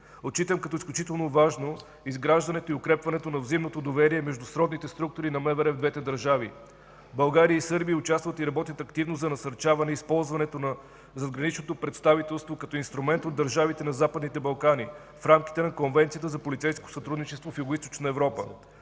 Отчитам като изключително важно изграждането и укрепването на взаимното доверие между сродните структури на МВР в двете държави. България и Сърбия участват и работят активно за насърчаване използването на задграничното представителство като инструмент от държавите на Западните Балкани в рамките на Конвенцията за полицейско сътрудничество в Югоизточна Европа,